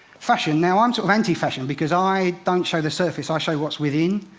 fashion now, i'm sort of anti-fashion because i don't show the surface, i show what's within.